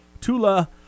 Tula